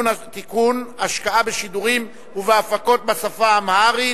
(תיקון, השקעה בשידורים ובהפקות בשפה האמהרית),